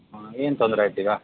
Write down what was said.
ಹಾಂ ಏನು ತೊಂದರೆ ಆಯ್ತೀಗ